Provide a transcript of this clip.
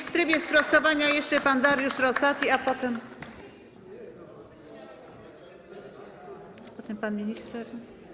W trybie sprostowania jeszcze pan Dariusz Rosati, a potem pan minister.